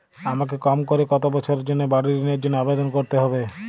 আমাকে কম করে কতো বছরের জন্য বাড়ীর ঋণের জন্য আবেদন করতে হবে?